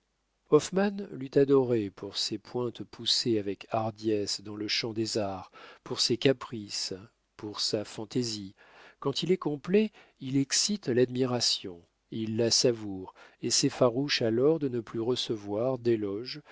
hoffmann l'eût adoré pour ses pointes poussées avec hardiesse dans le champ des arts pour ses caprices pour sa fantaisie quand il est complet il excite l'admiration il la savoure et s'effarouche alors de ne plus recevoir d'éloges